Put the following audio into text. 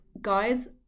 guys